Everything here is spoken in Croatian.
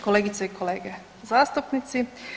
Kolegice i kolege zastupnici.